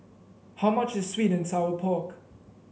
how much is sweet and Sour Pork